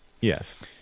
yes